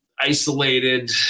isolated